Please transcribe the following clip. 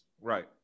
Right